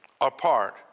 apart